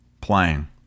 playing